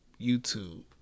YouTube